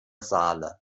saale